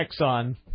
Exxon